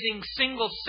single